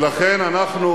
ולכן אנחנו,